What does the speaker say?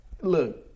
Look